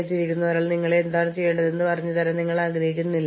ഞങ്ങൾ ഇടപെടില്ല പക്ഷേ എന്താണ് സംഭവിക്കുന്നതെന്ന് അറിയാൻ നമ്മൾ ആഗ്രഹിക്കുന്നു